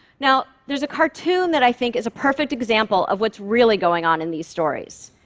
now, there's a cartoon that i think is a perfect example of what's really going on in these stories.